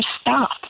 stop